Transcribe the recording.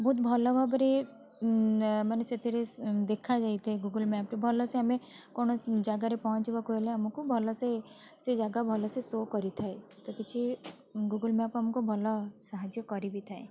ବହୁତ ଭଲ ଭାବରେ ମାନେ ସେଥିରେ ଦେଖାଯାଇଥାଏ ଗୁଗୁଲ୍ ମ୍ୟାପ୍ ରେ ଭଲ ସେ ଆମେ କୋଣ ଜାଗାରେ ପହଞ୍ଚିବାକୁ ହେଲେ ଆମକୁ ଭଲ ସେ ସେ ଜାଗା ଭଲ ସେ ସୋ କରିଥାଏ ତ କିଛି ଗୁଗୁଲ୍ ମ୍ୟାପ୍ ଆମକୁ ଭଲ ସାହାଯ୍ୟ କରିବି ଥାଏ